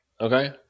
okay